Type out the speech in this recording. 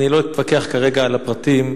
אני לא אתווכח כרגע על הפרטים,